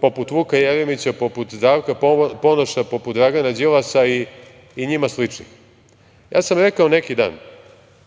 poput Vuka Jeremiće, poput Zdravka Ponoša, poput Dragana Đilasa i njima sličnih. Rekao sam neki dan,